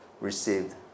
received